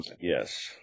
yes